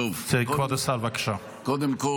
תודה רבה.